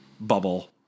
bubble